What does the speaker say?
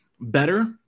better